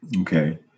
Okay